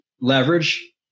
Leverage